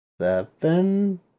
seven